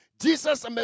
Jesus